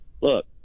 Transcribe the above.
Look